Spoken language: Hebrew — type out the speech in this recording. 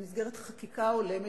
במסגרת חקיקה הולמת,